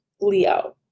Leo